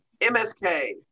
MSK